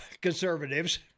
conservatives—